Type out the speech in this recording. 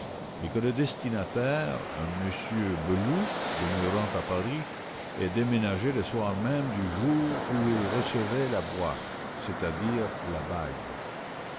et que le destinataire un monsieur reloux demeurant à paris ait déménagé le soir même du jour où il recevait la boîte c'est-à-dire la bague